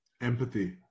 Empathy